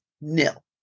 nil